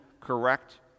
correct